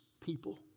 people